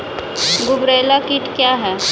गुबरैला कीट क्या हैं?